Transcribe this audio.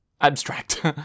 abstract